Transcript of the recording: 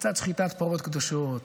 קצת שחיטת פרות קדושות,